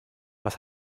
was